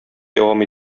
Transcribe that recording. дәвам